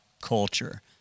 culture